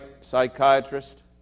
psychiatrist